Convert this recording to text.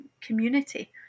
community